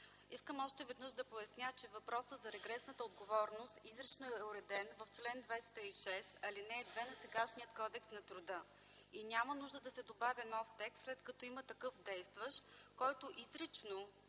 Искам още веднъж да поясня, че въпросът за регресната отговорност изрично е уреден в чл. 206, ал. 2 на сегашния Кодекс на труда и няма нужда да се добавя нов текст, след като има такъв действащ, който изрично